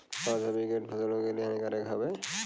का सभी कीट फसलों के लिए हानिकारक हवें?